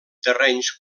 terrenys